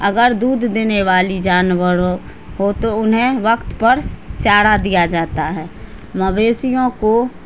اگر دودھ دینے والی جانوروں ہو تو انہیں وقت پر چارہ دیا جاتا ہے مویشیوں کو